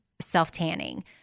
self-tanning